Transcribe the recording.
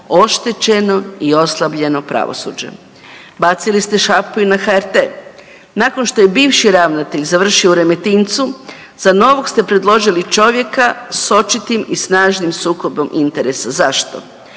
oštećeno i oslabljeno pravosuđe. Bacili ste šapu i HRT. Nakon što je bivši ravnatelj završio u Remetincu, za novog ste predložili čovjeka s očitim i snažnim sukobom interesa. Zašto?